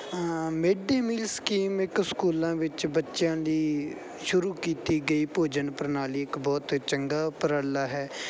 mid day meal scheme ਇੱਕ ਸਕੂਲਾਂ ਵਿੱਚ ਬੱਚਿਆਂ ਦੀ ਸ਼ੁਰੂ ਕੀਤੀ ਗਈ ਭੋਜਨ ਪ੍ਰਣਾਲੀ ਇੱਕ ਬਹੁਤ ਚੰਗਾ ਉਪਰਾਲਾ ਹੈ